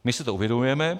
My si to uvědomujeme.